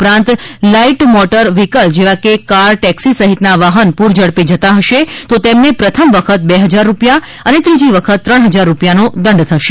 ઉપરાંત light motor vehicle જેવા કે કાર ટેક્સી સહિતના વાહન પૂરઝડપે જતા હશે તો તેમને પ્રથમ વખત બે હજાર રૂપિયા અને બીજી વખત ત્રણ હજાર રૂપિયાનો દંડ થશે